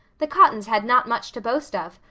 the cottons had not much to boast of.